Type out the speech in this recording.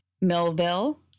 Millville